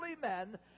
men